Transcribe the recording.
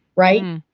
right.